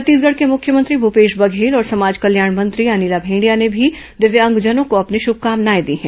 छत्तीसगढ़ के मुख्यमंत्री भूपेश बघेल और समाज कल्याण मंत्री अनिला भेंडिया ने भी दिव्यांगजनों को अपनी शुभकामनाएं दी हैं